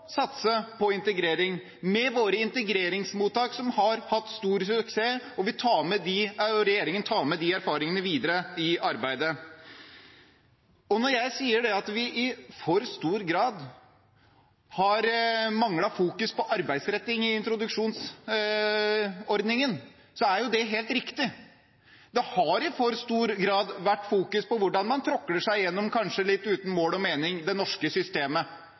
satse på integrering med våre integreringsmottak, som har hatt stor suksess – og regjeringen tar med seg de erfaringene videre i arbeidet. Når jeg sier at vi i for stor grad har manglet fokus på arbeidsretting i introduksjonsordningen, er det helt riktig. Det har i for stor grad vært fokusert på hvordan man tråkler seg gjennom det norske systemet – kanskje litt uten mål og mening. Det